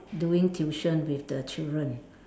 doing tuition with the children